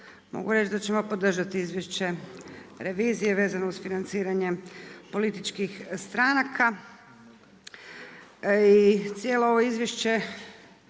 mogu reći da ćemo podržati izvješće revizije vezano uz financiranje političkih stranka.